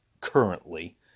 currently